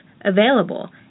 available